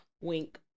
wink